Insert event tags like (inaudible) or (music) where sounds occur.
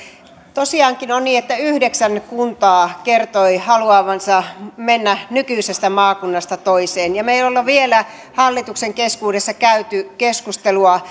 tosiaankin on niin että yhdeksän kuntaa kertoi haluavansa mennä nykyisestä maakunnasta toiseen me emme ole vielä hallituksen keskuudessa käyneet keskustelua (unintelligible)